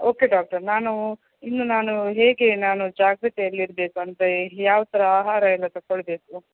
okay doctor ನಾನು ಇನ್ನು ನಾನು ಹೇಗೆ ನಾನು ಜಾಗ್ರತೆಯಲ್ಲಿ ಇರಬೇಕು ಅಂದರೆ ಯಾವ ಥರ ಆಹಾರ ಎಲ್ಲ ತಕೊಳ್ಬೇಕು